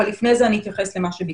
אבל לפני זה אני אתייחס למה שביקשת.